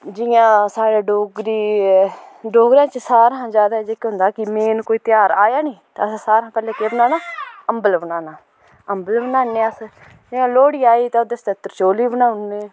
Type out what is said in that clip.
जियां साढ़ै डोगरी डोगरें च सारें शा ज्यादा जेह्का होंदा कि मेन कोई ध्यार आया नी ते असें सारें कोलां पैह्ले केह् बनाना अंबल बनाना अंबल बनान्ने अस जियां लोह्ड़ी आई ते ओह्दे आस्तै त्रिचौली बनाऊ उड़ने